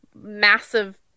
massive